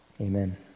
amen